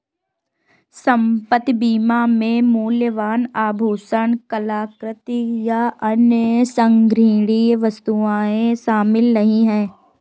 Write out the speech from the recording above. संपत्ति बीमा में मूल्यवान आभूषण, कलाकृति, या अन्य संग्रहणीय वस्तुएं शामिल नहीं हैं